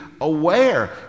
aware